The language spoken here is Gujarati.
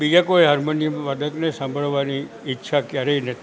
બીજા કોઈ હાર્મોનિયમવાદકને સાંભળવાની ઈચ્છા ક્યારેય નથી થઈ